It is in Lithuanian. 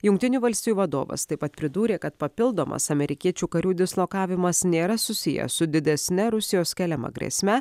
jungtinių valstijų vadovas taip pat pridūrė kad papildomas amerikiečių karių dislokavimas nėra susijęs su didesne rusijos keliama grėsme